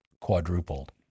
quadrupled